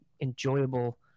enjoyable